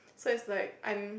so it's like I'm